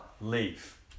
leave